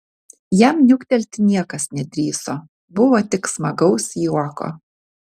jam niuktelti niekas nedrįso buvo tik smagaus juoko